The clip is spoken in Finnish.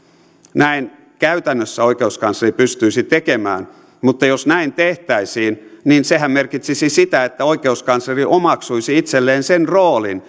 näin käytännössä oikeuskansleri pystyisi tekemään mutta jos näin tehtäisiin niin sehän merkitsisi sitä että oikeuskansleri omaksuisi itselleen sen roolin